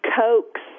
Cokes